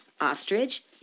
ostrich